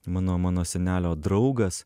mano mano senelio draugas